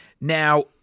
now